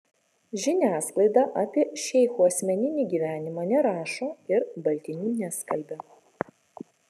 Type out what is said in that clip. žiniasklaida apie šeichų asmeninį gyvenimą nerašo ir baltinių neskalbia